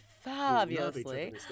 fabulously